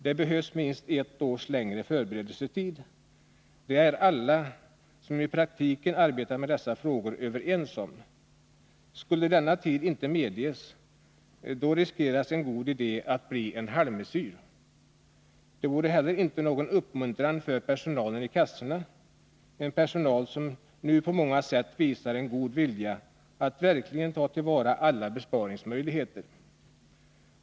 Det behövs minst ett års längre förberedelsetid. Det är alla som i praktiken arbetar med dessa frågor överens om. Skulle denna tid inte medges riskerar en god idé att bli en halvmesyr. Det vore heller inte någon uppmuntran för personalen i kassorna, en personal som nu på många sätt visar en god vilja att verkligen ta till vara alla besparingsmöjligheter.